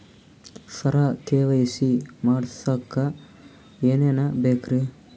ಸರ KYC ಮಾಡಸಕ್ಕ ಎನೆನ ಬೇಕ್ರಿ?